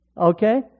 Okay